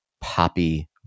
poppy